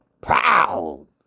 Proud